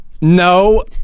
No